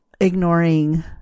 ignoring